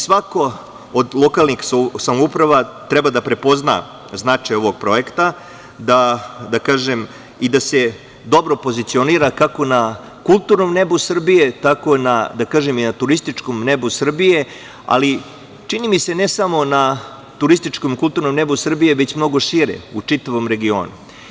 Svaka od lokalnih samouprava treba da prepozna značaj ovog projekta i da se dobro pozicionira, kako na kulturnom nebu Srbije, tako na turističkom nebu Srbije, ali čini mi se, ne samo na kulturnom i turističkom nebu Srbije, već mnogo šire, u čitavom regionu.